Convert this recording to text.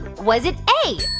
was it a.